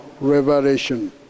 Revelation